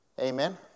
Amen